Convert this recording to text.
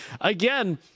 again—